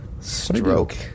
Stroke